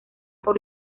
por